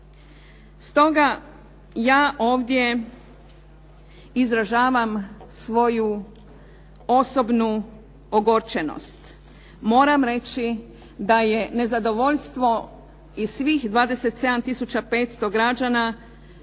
Stoga ja ovdje izražavam svoju osobnu ogorčenost. Moram reći da je nezadovoljstvo i svih 27 tisuća 500 građana